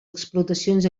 explotacions